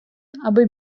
аби